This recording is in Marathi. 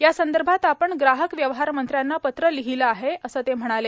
या संदर्भात आपण ग्राहक व्यवहार मंत्र्यांना पत्र लिहलं आहे असं ते म्हणाले